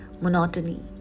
monotony